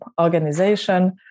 organization